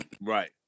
Right